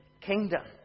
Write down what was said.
kingdom